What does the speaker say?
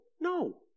No